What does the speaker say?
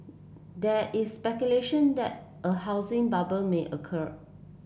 there is speculation that a housing bubble may occur